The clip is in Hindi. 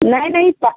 नहीं नहीं त